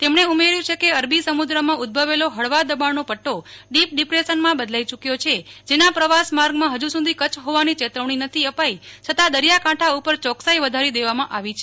તેમને ઉમેર્યું છે કે અરબી સમુદ્ર માં ઉદ્વભવેલો હળવા દબાણ નો પટ્ટો ડીપ ડીપ્રેશન માં બદલાઈ ચૂ ક્યો છે જેના પ્રવાસ માર્ગ માં ફજુ સુધી કચ્છ હોવાની ચેતવણી નથી અપાઈ છતાં દરિયા કાંઠા ઉપર ચોકસાઈ વધારી દેવા માં આવી છે